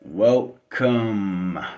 Welcome